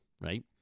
right